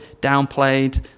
downplayed